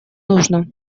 нужно